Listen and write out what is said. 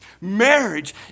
Marriage